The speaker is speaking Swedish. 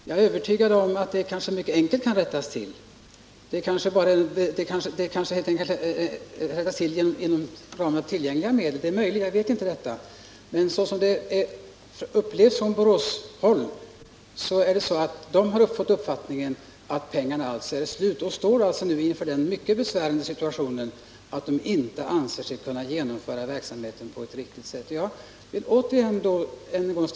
Jag är övertygad om att det uppkomna läget mycket enkelt kan rättas till, kanske inom ramen för tillgängliga medel. I Borås har man emellertid fått den uppfattningen att pengarna är slut, och man står där nu inför den mycket besvärliga situationen att man inte anser sig kunna genomföra verksamheten på ett riktigt sätt.